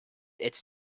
its